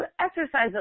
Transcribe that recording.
exercise